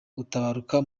gutabaruka